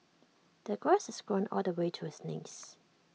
the grass is grown all the way to his knees